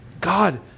God